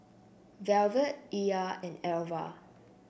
Velvet Ilah and Alva